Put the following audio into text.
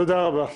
תודה רבה.